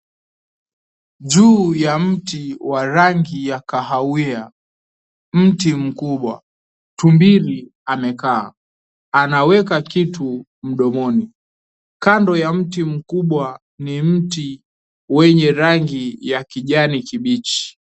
Juu ya mti wa rangi ya kahawia , mti mkubwa tumbili amekaa , anaweka kitu mdomoni. Kando ya mti mkubwa , ni mti wenye rangi ya kijani kibichi.